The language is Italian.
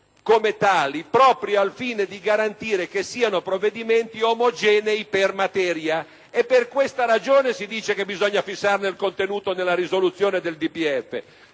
come tali proprio al fine di garantire che siano provvedimenti omogenei per materia. Ed è per questa ragione che si dice che bisogna fissarne il contenuto nella risoluzione